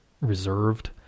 reserved